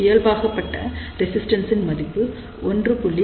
இயல்பாகபட்ட resistance இன் மதிப்பு 1